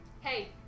Hey